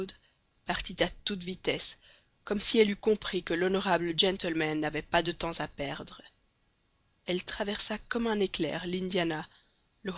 partit à toute vitesse comme si elle eût compris que l'honorable gentleman n'avait pas de temps à perdre elle traversa comme un éclair l'indiana